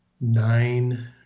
nine